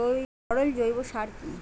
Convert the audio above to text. তরল জৈব সার কি?